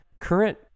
current